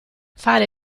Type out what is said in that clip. fare